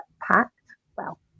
packed—well